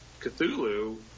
Cthulhu